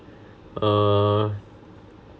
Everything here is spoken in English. err